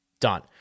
Done